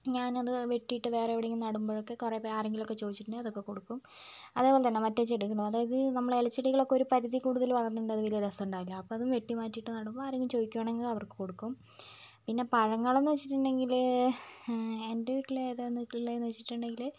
ഞാനത് വെട്ടിട്ട് വേറെവിടെങ്കിലും നടുമ്പോഴൊക്കെ കുറെ പേർ ആരെങ്കിലൊക്കെ ചോദിച്ചിട്ടുണ്ടെങ്കിൽ അതൊക്കെ കൊടുക്കും അതുപോലെ തന്നെ മറ്റേ ചെടികളും അതായത് നമ്മൾ ഇലച്ചെടികളൊക്കെ ഒരു പരിധിയിൽ കൂടൂതൽ വളർന്നാൽ പിന്നെ രസമുണ്ടാവില്ല അപ്പോൾ അത് വെട്ടി മാറ്റിറ്റ് നടുമ്പോൾ ആരേലും ചോദിക്കുവാണെങ്കിൽ അവർക്ക് കൊടുക്കും പിന്നെ പഴങ്ങളെന്ന് വെച്ചിട്ടുണ്ടെങ്കിൽ എന്റെ വീട്ടിൽ ഏതാന്ന് ഒക്കെ ഉള്ളതെന്ന് വെച്ചിട്ടുണ്ടെങ്കിൽ